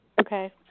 Okay